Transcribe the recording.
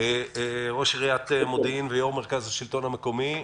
ראש עיריית מודיעין ויושב-ראש מרכז השלטון המקומי.